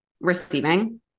receiving